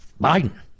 Biden